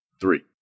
three